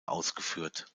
ausgeführt